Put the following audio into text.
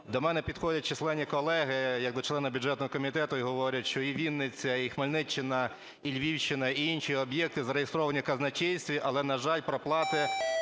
До мене підходять численні колеги як до члена бюджетного комітету і говорять, що і Вінниця, і Хмельниччина, і Львівщина, і інші об'єкти зареєстровані в казначействі, але, на жаль, проплати